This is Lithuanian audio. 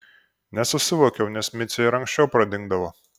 nesusivokiau nes micė ir anksčiau pradingdavo